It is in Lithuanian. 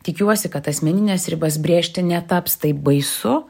tikiuosi kad asmenines ribas brėžti netaps taip baisu